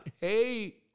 Hey